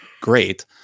great